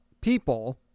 people